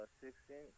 six-inch